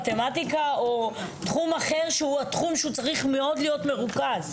מתמטיקה או תחום אחר שהוא תחום שהוא צריך מאוד להיות מרוכז.